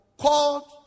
called